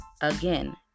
again